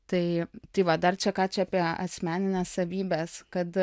tai tai va dar čia ką čia apie asmenines savybes kad